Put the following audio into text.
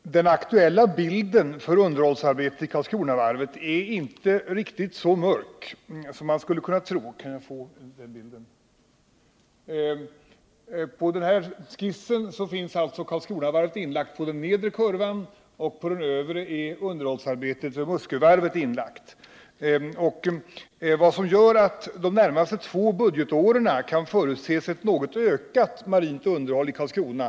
Herr talman! Den aktuella bilden för underhållsarbeten i Karlskronavarvet är inte riktigt så mörk som man skulle kunna tro. På det diagram jag visar på kammarens intern-tv-anläggning finns Karlskronavarvet inlagt på den nedre kurvan. På den övre är underhållsarbetet för Muskövarvet inlagt. Under de närmaste två budgetåren kan förutses ett något ökat marint underhåll i Karlskrona.